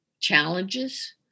challenges